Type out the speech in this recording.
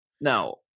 Now